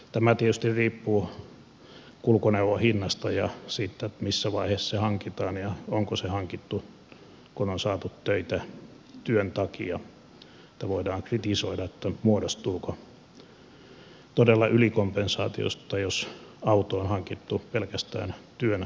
tämä tietysti riippuu kulkuneuvon hinnasta ja siitä missä vaiheessa se hankitaan ja onko se hankittu kun on saatu töitä työn takia ja voidaan kritisoida muodostuuko todella ylikompensaatiota jos auto on hankittu pelkästään työn tekemiseksi